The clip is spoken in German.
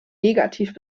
negativ